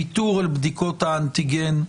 ויתור על בדיקות האנטיגן.